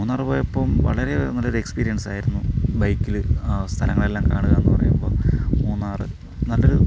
മൂന്നാറ് പോയപ്പം വളരെ നല്ലൊരു എക്സ്പിരിയൻസായിരുന്നു ബൈക്കില് സ്ഥലങ്ങളെല്ലാം കാണുക എന്ന് പറയുമ്പോൾ മൂന്നാറ് നല്ലൊരു